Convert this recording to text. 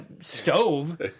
stove